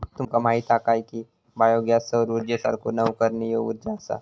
तुमका माहीत हा काय की बायो गॅस सौर उर्जेसारखी नवीकरणीय उर्जा असा?